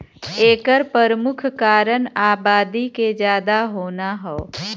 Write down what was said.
एकर परमुख कारन आबादी के जादा होना हौ